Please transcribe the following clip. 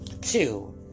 Two